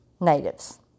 natives